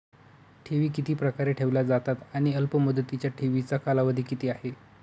ठेवी किती प्रकारे ठेवल्या जातात आणि अल्पमुदतीच्या ठेवीचा कालावधी किती आहे?